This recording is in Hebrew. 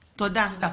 תודה.